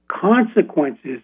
consequences